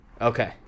Okay